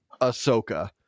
Ahsoka